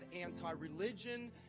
anti-religion